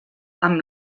amb